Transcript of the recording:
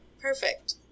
Perfect